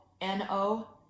N-O